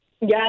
Yes